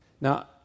Now